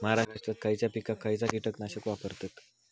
महाराष्ट्रात खयच्या पिकाक खयचा कीटकनाशक वापरतत?